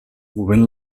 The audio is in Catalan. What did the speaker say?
movent